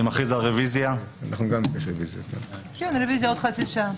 אני מכריז על רביזיה עוד חצי שעה.